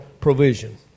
provision